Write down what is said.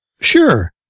Sure